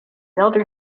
elder